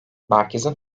merkezin